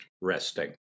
resting